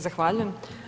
Zahvaljujem.